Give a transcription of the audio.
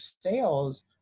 sales